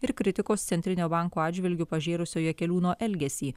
ir kritikos centrinio banko atžvilgiu pažėrusio jakeliūno elgesį